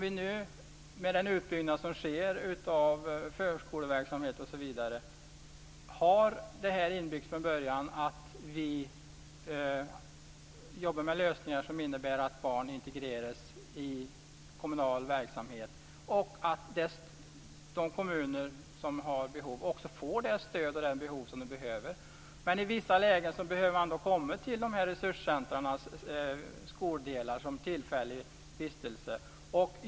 I den utbyggnad som sker av förskoleverksamhet osv. jobbar vi från början med lösningar som innebär att barn integreras i kommunal verksamhet och att kommuner får det stöd som de behöver. Men i vissa lägen behöver elever tillfälligt vistas i resurscentrumens skoldelar.